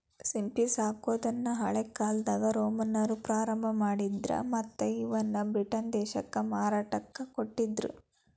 ಸಿಂಪಿ ಸಾಕೋದನ್ನ ಹಳೇಕಾಲ್ದಾಗ ರೋಮನ್ನರ ಪ್ರಾರಂಭ ಮಾಡಿದ್ರ ಮತ್ತ್ ಇವನ್ನ ಬ್ರಿಟನ್ ದೇಶಕ್ಕ ಮಾರಾಟಕ್ಕ ಕೊಡ್ತಿದ್ರು